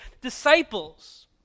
Disciples